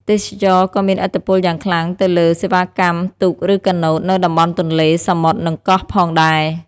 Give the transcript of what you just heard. ទេសចរណ៍ក៏មានឥទ្ធិពលយ៉ាងខ្លាំងទៅលើ សេវាកម្មទូកឬកាណូតនៅតំបន់ទន្លេ សមុទ្រ និងកោះ ផងដែរ។